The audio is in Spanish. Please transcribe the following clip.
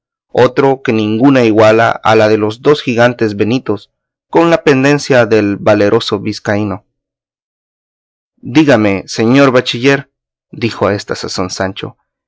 otro que ninguna iguala a la de los dos gigantes benitos con la pendencia del valeroso vizcaíno dígame señor bachiller dijo a esta sazón sancho